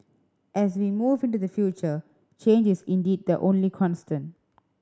as we move into the future change is indeed the only constant